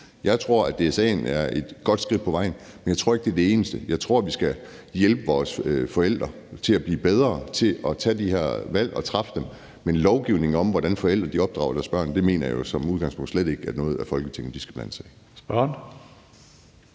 Jeg tror, at DSA'en er et godt skridt på vejen, men jeg tror ikke, det er det eneste. Jeg tror, vi skal hjælpe vores forældre til at blive bedre til at træffe de her valg, men en lovgivning om, hvordan forældre opdrager deres børn, mener jeg jo som udgangspunkt slet ikke er noget, Folketinget skal blande sig i.